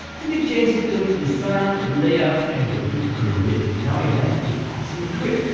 you could change it, go to design layout and go to grid. now you have a awesome grid.